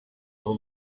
aho